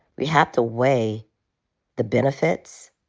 we have to weigh the benefits.